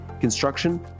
construction